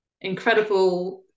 incredible